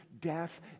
death